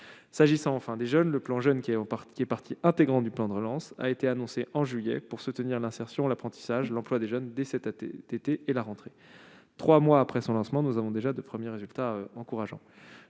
S'agissant enfin des jeunes, le plan « Un jeune, une solution », qui est partie intégrante du plan de relance, a été annoncé en juillet dernier pour soutenir l'insertion, l'apprentissage et l'emploi des jeunes dès cet été et la rentrée. Trois mois après son lancement, nous avons déjà de premiers résultats encourageants.